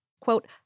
Quote